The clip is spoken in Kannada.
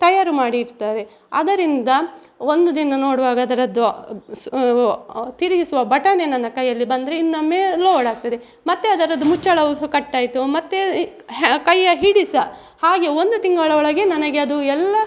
ತಯಾರು ಮಾಡಿ ಇರ್ತಾರೆ ಅದರಿಂದ ಒಂದು ದಿನ ನೋಡುವಾಗ ಅದರದ್ದು ಸ್ ತಿರುಗಿಸುವ ಬಟನೇ ನನ್ನ ಕೈಯ್ಯಲ್ಲಿ ಬಂದರೆ ಇನ್ನೊಮ್ಮೆ ಲೋಡಾಗ್ತದೆ ಮತ್ತೆ ಅದರದ್ದು ಮುಚ್ಚಳವು ಸಹ ಕಟ್ಟಾಯಿತು ಮತ್ತು ಕೈಯ್ಯ ಹಿಡಿಸೋ ಹಾಗೆ ಒಂದು ತಿಂಗಳ ಒಳಗೆ ನನಗೆ ಅದು ಎಲ್ಲ